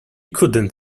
couldn’t